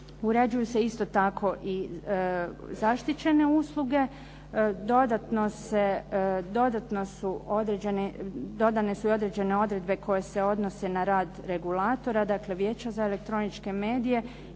Uređuju se isto tako i zaštićene usluge, dodane su i određene odredbe koje se odnose na rad regulatora, dakle Vijeća za elektroničke medije